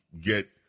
get